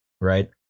Right